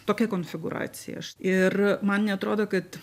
tokia konfigūracija ir man neatrodo kad